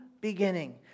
beginning